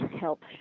help